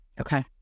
Okay